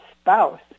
spouse